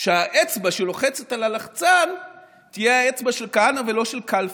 שהאצבע שלוחצת על הלחצן תהיה האצבע של כהנא ולא של כלפון.